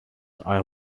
are